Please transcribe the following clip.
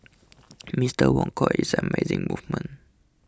Mister Wong called it an amazing moment